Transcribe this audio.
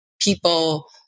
people